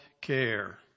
care